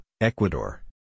Ecuador